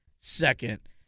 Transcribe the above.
second